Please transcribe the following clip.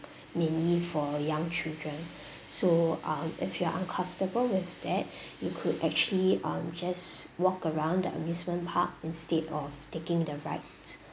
mainly for young children so um if you're uncomfortable with that you could actually um just walk around the amusement park instead of taking the rides